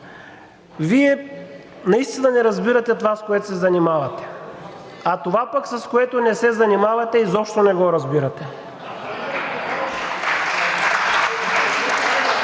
Вие наистина не разбирате това, с което се занимавате. А това пък, с което не се занимавате, изобщо не го разбирате.